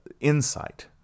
insight